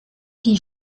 die